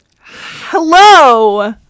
hello